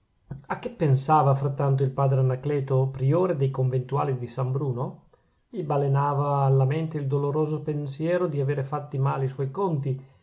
a che pensava frattanto il padre anacleto priore dei conventuali di san bruno gli balenava alla mente il doloroso pensiero di avere fatti male i suoi conti